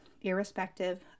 irrespective